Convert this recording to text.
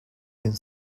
been